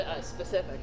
Specific